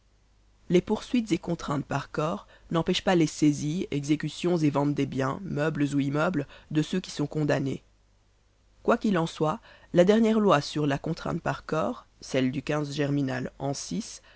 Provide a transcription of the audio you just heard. les poursuites et contraintes par corps n'empêchent pas les saisies exécutions et ventes des biens meubles ou immeubles de ceux qui sont condamnés quoi qu'il en soit la dernière loi sur la contrainte par corps celle du